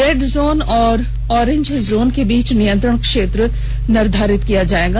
red zone और orange zone के बीच नियंत्रण क्षेत्र निर्धारित किया जाएगा